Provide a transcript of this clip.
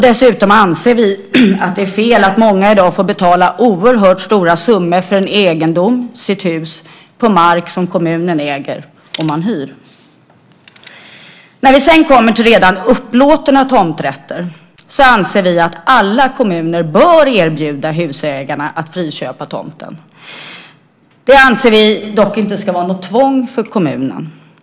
Dessutom anser vi att det är fel att många i dag får betala oerhört stora summor för en egendom, sitt hus, på mark som kommunen äger och som man hyr. När vi sedan kommer till redan upplåtna tomträtter anser vi att alla kommuner bör erbjuda husägarna att friköpa tomten. Det anser vi dock inte ska vara något tvång för kommunerna.